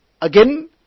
Again